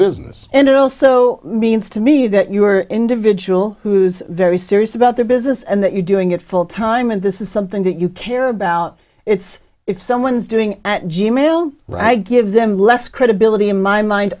business and it also means to me that you are individual who's very serious about their business and that you're doing it full time and this is something that you care about it's if someone's doing g mail right i give them less credibility in my mind